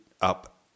up